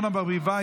אורנה ברביבאי,